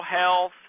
health